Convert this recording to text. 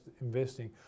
investing